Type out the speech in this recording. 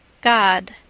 God